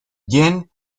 jean